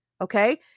Okay